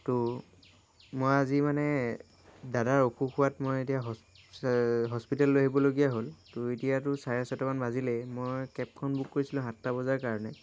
তো মই আজি মানে দাদাৰ অসুখ হোৱাত মই এতিয়া হস্পিতাল লৈ আহিবলগীয়া হ'ল তো এতিয়াতো চাৰে ছটামান বাজিলে মই কেবখন বুক কৰিছিলোঁ সাতটা বজাৰ কাৰণে